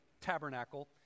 tabernacle